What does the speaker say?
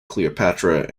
cleopatra